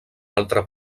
altre